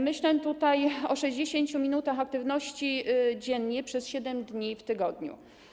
Myślę tutaj o 60 min aktywności dziennie przez 7 dni w tygodniu.